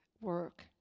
work